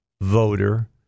voter